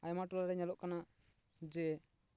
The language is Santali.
ᱟᱭᱢᱟ ᱴᱚᱞᱟ ᱨᱮ ᱧᱮᱞᱚᱜ ᱠᱟᱱᱟ ᱡᱮ